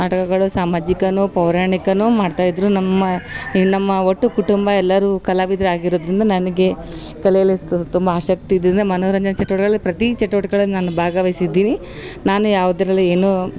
ನಾಟಕಗಳು ಸಾಮಾಜಿಕನೋ ಪೌರಾಣಿಕನೋ ಮಾಡ್ತಾಯಿದ್ರು ನಮ್ಮ ನಮ್ಮ ಒಟ್ಟು ಕುಟುಂಬ ಎಲ್ಲರು ಕಲಾವಿದ್ರು ಆಗಿರೋದರಿಂದ ನನಗೆ ಕಲೆಯಲ್ಲಿ ಸು ತುಂಬ ಆಸಕ್ತಿ ಇದ್ದಿಂದ ಮನೋರಂಜನೆ ಚಟುವಟಿಕೆಗಳಲ್ಲಿ ಪ್ರತೀ ಚಟುವಟಿಕೆಗಳಲ್ಲಿ ನಾನು ಭಾಗವಯಿಸಿದ್ದೀನಿ ನಾನು ಯಾವುದ್ರಲ್ಲಿ ಏನು